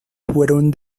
fueron